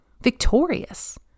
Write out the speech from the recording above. victorious